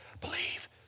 believe